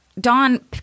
Don